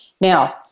Now